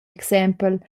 exempel